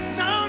no